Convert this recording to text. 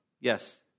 Yes